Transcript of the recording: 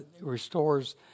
restores